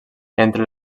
entre